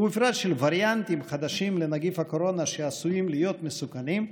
ובפרט של וריאנטים חדשים לנגיף הקורונה שעשויים להיות מסוכנים,